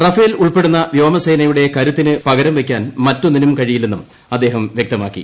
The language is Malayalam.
റാഫേൽഉൾപ്പെടുന്ന വ്യോമസേനയുടെകരുത്തിന് പകരം വെയ്ക്കാൻ മറ്റൊന്നിനും കഴിയില്ലെന്നുംഅദ്ദേഹംവൃക്തമാക്കി